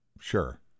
Sure